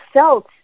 felt